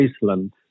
Iceland